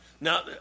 Now